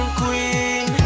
queen